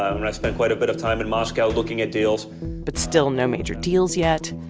ah and i've spent quite a bit of time in moscow looking at deals but still no major deals yet.